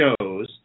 shows